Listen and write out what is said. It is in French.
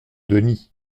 denis